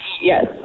Yes